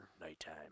Nighttime